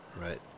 Right